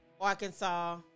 Arkansas